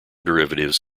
derivatives